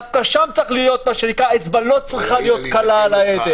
דווקא שם האצבע לא צריכה להיות קלה על ההדק.